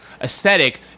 aesthetic